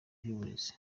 ry’uburezi